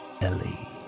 Ellie